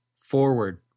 forward